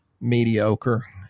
mediocre